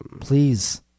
Please